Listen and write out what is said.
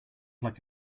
like